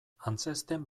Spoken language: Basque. antzezten